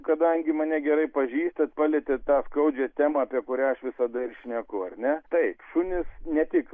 kadangi mane gerai pažįstat palietėt tą skaudžią temą apie kurią aš visada ir šneku ar ne taip šunys ne tik